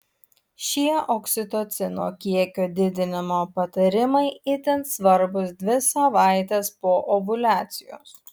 šie oksitocino kiekio didinimo patarimai itin svarbūs dvi savaites po ovuliacijos